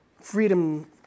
freedom